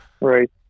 Right